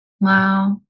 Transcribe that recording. Wow